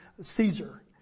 Caesar